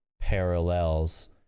parallels